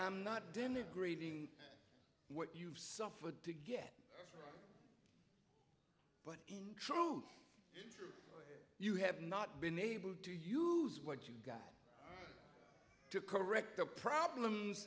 i'm not denigrating what you've suffered to get true you have not been able to use what you've got to correct the problem